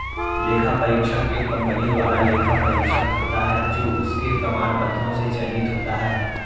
लेखा परीक्षक एक कंपनी द्वारा लेखा परीक्षक होता है जो उसके प्रमाण पत्रों से चयनित होता है